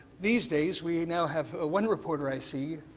these days we now have ah one reporter i see,